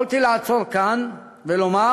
יכולתי לעצור כאן ולומר